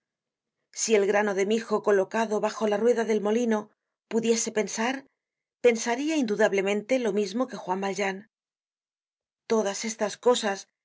si el grano de mijo colocado bajo la rueda del molino pudiese pensar pensaria indudablemente lo mismo que juan valjean todas estas cosas